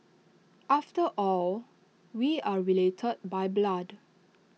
after all we are related by blood